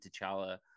T'Challa